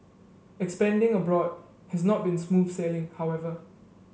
expanding abroad has not been smooth sailing however